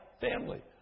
family